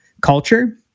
culture